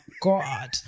god